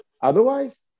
otherwise